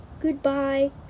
goodbye